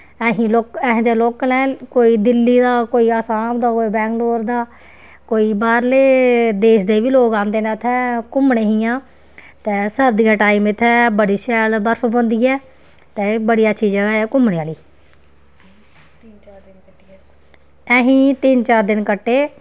असीं लोक असीं ते लोकल ऐं कोई दिल्ली दा कोई असाम दा कोई बैंगलोर दा कोई बाह्रले देश दे लोग बी आंदे न इत्थें घूमने गी इ'यां ते सर्दियें दे टाइम इत्थें बड़ी शैल बर्फ पौंदी ऐ ते बड़ी अच्छी जगह् ऐ घूमने आह्ली असें तिन्न चार दिन्न कट्टे